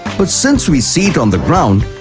but since we see it on the ground,